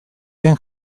den